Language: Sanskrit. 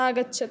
आगच्छतु